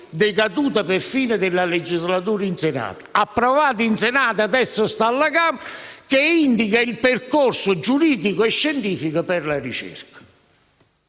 Senato per la fine della legislatura; poi è stata approvata in Senato e adesso sta alla Camera. Essa indica il percorso giuridico e scientifico per la ricerca,